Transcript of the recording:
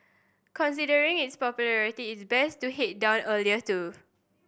considering its popularity it's best to head down earlier too